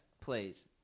please